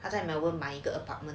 他在 melbourne 买一个 apartment